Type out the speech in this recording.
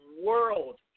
world